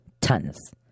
Tons